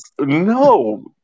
No